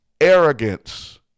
arrogance